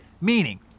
Meaning